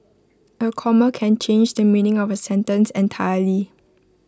A comma can change the meaning of A sentence entirely